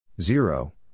zero